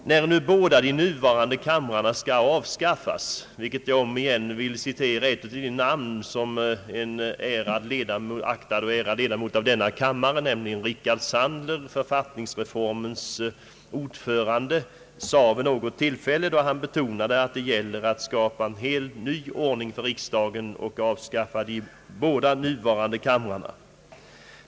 Jag vill citera en aktad och ärad ledamot av denna kammare, nämligen Rickard Sandler, författningsutredningens ordförande, som vid ett tillfälle betonade att det gäller att skapa en helt ny ordning för riksdagen och att avskaffa de båda nuvarande kamrarna.